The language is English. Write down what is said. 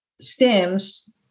stems